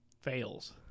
fails